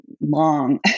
long